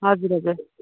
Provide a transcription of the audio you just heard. हजुर हजुर